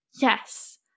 Yes